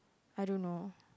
I don't know